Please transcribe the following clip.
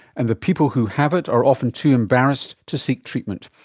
and the people who have it are often too embarrassed to seek treatment.